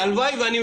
למה.